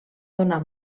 donar